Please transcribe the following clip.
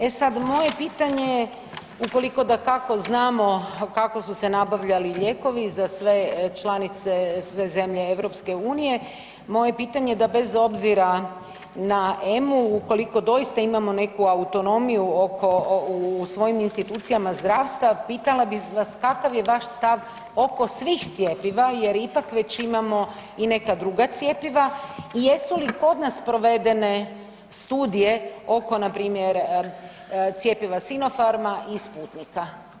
E sad, moje pitanje je ukoliko, dakako, znamo kako su se nabavljali lijekovi za sve članice, sve zemlje EU, moje pitanje je da bez obzira na EMA-u, ukoliko doista imamo neku autonomiju oko, u svojim institucijama zdravstva, pitala bi vas kakav je vaš stav oko svih cjepiva jer ipak već imamo i neka druga cjepiva i jesu li kod nas provedene studije oko npr. cjepiva Sinofarma i Sputnika?